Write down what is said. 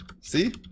See